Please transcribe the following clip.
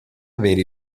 avere